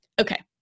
Okay